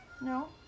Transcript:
No